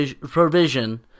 provision